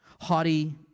Haughty